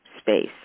space